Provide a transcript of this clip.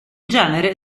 genere